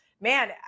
man